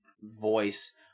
voice